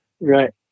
Right